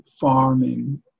farming